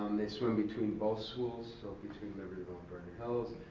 they swim between both schools so between libertyville and vernon hills.